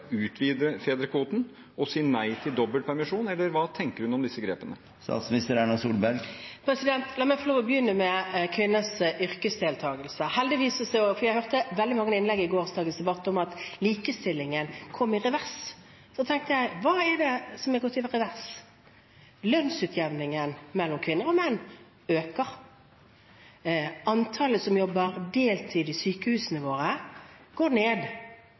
utvide fedrekvoten og si nei til dobbelt permisjon? Eller hva tenker hun om disse grepene? La meg få lov å begynne med kvinners yrkesdeltagelse. Jeg hørte veldig mange innlegg i gårsdagens debatt om at likestillingen kom i revers. Da tenkte jeg: Hva er det som har gått i revers? Lønnsutjevningen mellom kvinner og menn øker. Antallet som jobber deltid i sykehusene våre, går ned